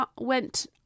went